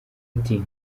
ati